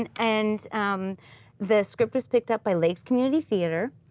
and and um the script was picked up by lathe community theater,